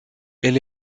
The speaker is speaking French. elle